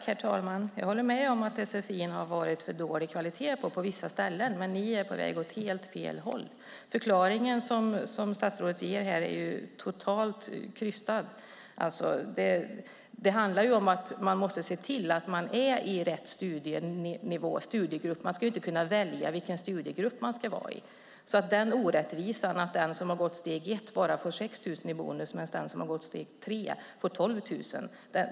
Herr talman! Jag håller med om att det har varit för låg kvalitet på sfi på vissa ställen. Men ni är på väg åt helt fel håll. Förklaringen som statsrådet ger är totalt krystad. Det handlar om att man måste se till att man är på rätt studienivå och i rätt studiegrupp. Man ska inte kunna välja vilken studiegrupp man ska vara i. Det är orättvist att den som har gått steg ett bara får 6 000 i bonus medan den som har gått steg tre får 12 000.